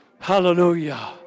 Hallelujah